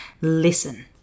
listen